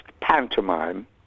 pantomime